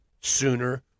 sooner